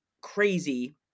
crazy